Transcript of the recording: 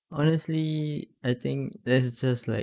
honestly I think that's just like